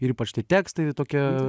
ir ypač tie tekstai tokie